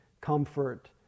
comfort